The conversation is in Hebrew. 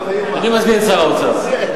אני מזמין את שר האוצר.